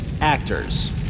actors